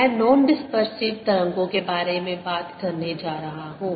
मैं non dispersive तरंगों के बारे में बात करने जा रहा हूं